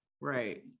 Right